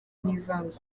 n’ivangura